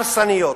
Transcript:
הרסניות.